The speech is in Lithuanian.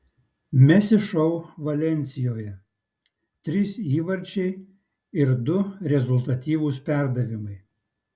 messi šou valensijoje trys įvarčiai ir du rezultatyvūs perdavimai